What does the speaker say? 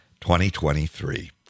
2023